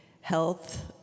health